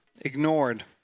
ignored